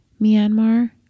Myanmar